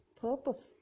purpose